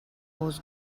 was